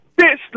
bitch